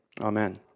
Amen